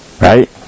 Right